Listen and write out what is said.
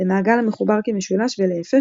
למעגל המחובר כמשולש ולהפך,